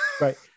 Right